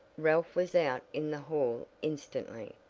ralph was out in the hall instantly.